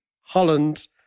Holland